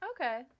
Okay